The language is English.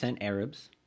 Arabs